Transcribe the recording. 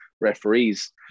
referees